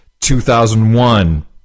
2001